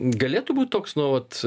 galėtų būt toks nu vat